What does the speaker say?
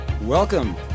Welcome